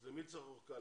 אז למי צריך אורכה?